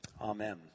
Amen